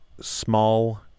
Small